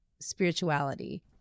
spirituality